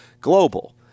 global